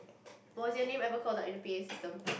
was your name ever called up in the P_A system